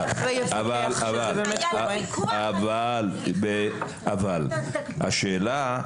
אבל השאלה היא: